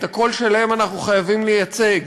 את הקול שלהם אנחנו חייבים לייצג.